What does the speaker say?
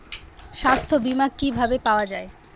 সাস্থ্য বিমা কি ভাবে পাওয়া যায়?